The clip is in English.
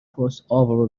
crossover